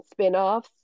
spinoffs